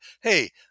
hey